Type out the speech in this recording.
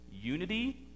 unity